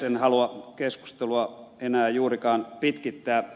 en halua keskustelua enää juurikaan pitkittää